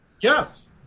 Yes